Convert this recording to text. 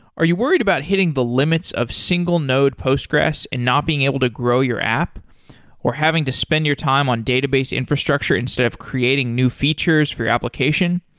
are you worried about hitting the limits of single node postgres and not being able to grow your app or having to spend your time on database infrastructure instead of creating new features for you application?